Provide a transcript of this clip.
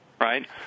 right